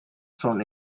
from